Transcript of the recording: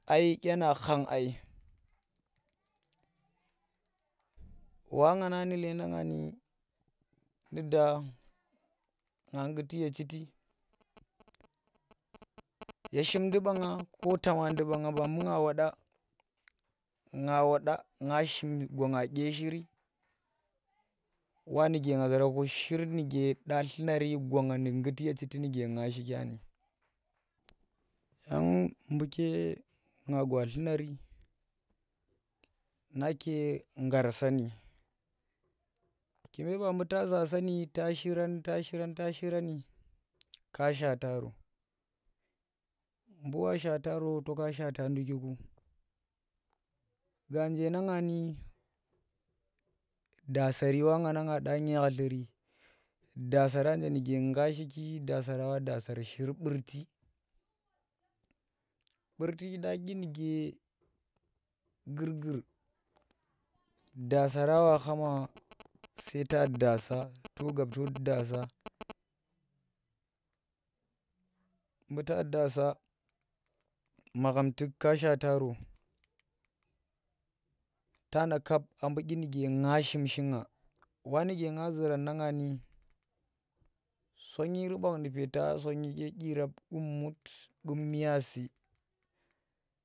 Ai dyinang khang ai wa nga nani nleeda nga ni nu da nga ngguti ye chiti ye shimndi banga nga tamadan bu nga woda nga shim go nga dye shiri wa nuke nga rabo shir nuke da dye shir nu ngguti ye chiti nuke nga shikya ni yang buke nga, gwa dlurani nake ngar sani kume ba buta sa sani ta shirang ta shirani ka shaataro mbu wa shaata ro toka shaata ndukiku ganje nanga ni daasari wa nga dya khekliri daasari nuke nga shiki daasara shi burti, burti dya dyi nugye gur- gur daasara wa khama sai ta buu ta daasa to gab to daasa, mbuuta daasa magham tuk ka shaataro tana kap a buu dyinuke nga shim ku wa nuke nga zuran na nga ni sonyi ban nu peeta sonyi dye gyirap gummut gyirap kum miyasi.